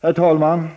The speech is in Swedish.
Herr talman!